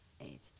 Eight